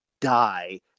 die